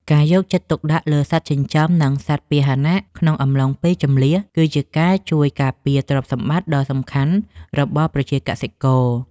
ការយកចិត្តទុកដាក់លើសត្វចិញ្ចឹម និងសត្វពាហនៈក្នុងអំឡុងពេលជម្លៀស គឺជាការជួយការពារទ្រព្យសម្បត្តិដ៏សំខាន់របស់ប្រជាកសិករ។